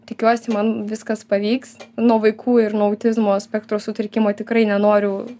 tikiuosi man viskas pavyks nuo vaikų ir nuo autizmo spektro sutrikimo tikrai nenoriu